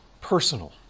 Personal